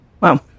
Wow